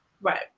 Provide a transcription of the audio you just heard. Right